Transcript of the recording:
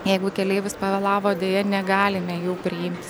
jeigu keleivis pavėlavo deja negalime jų priimti